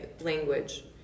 language